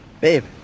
Babe